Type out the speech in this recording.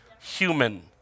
human